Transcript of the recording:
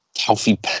healthy